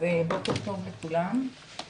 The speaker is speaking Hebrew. שהיא כרקע לכל הרפורמה שבוצעה כאן בשנת 2015 שהיישום שלה